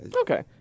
Okay